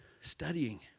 Studying